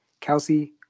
kelsey